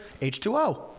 H2O